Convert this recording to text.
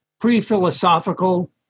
pre-philosophical